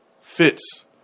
fits